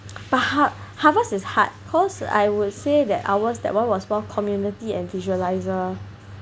but Har~ Harvest is hard cause I would say that ours that one was more community and visualizer